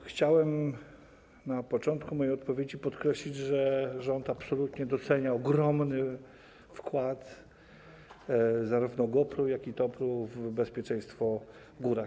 Chciałem na początku mojej odpowiedzi podkreślić, że rząd absolutnie docenia ogromny wkład zarówno GOPR-u, jak i TOPR-u w bezpieczeństwo w górach.